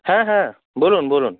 হ্যাঁ হ্যাঁ বলুন বলুন